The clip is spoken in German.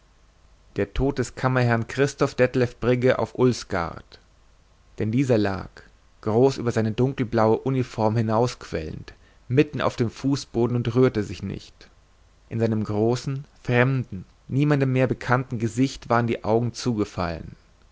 der tod des kammerherrn christoph detlev brigge auf ulsgaard denn dieser lag groß über seine dunkelblaue uniform hinausquellend mitten auf dem fußboden und rührte sich nicht in seinem großen fremden niemandem mehr bekannten gesicht waren die augen zugefallen